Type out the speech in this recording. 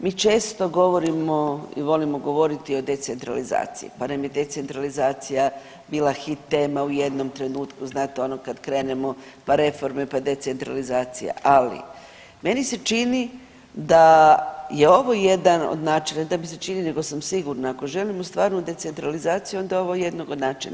Mi često govorimo i volimo govoriti o decentralizaciji, pa nam je decentralizacija bila hit tema u jednom trenutku znate ono kad krenemo, pa reforme, pa decentralizacija ali meni se čini da je ovo jedan od načina, ne da mi se čini nego sam sigurna, ako želimo stvarnu decentralizaciju onda je ovo jednog od načina.